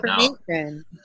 information